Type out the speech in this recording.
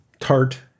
tart